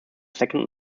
second